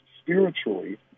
spiritually